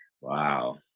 Wow